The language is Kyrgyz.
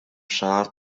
шаар